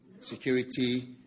security